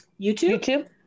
YouTube